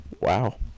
Wow